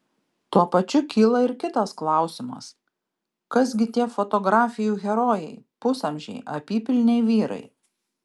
tuo pačiu kyla ir kitas klausimas kas gi tie fotografijų herojai pusamžiai apypilniai vyrai